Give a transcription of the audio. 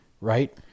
Right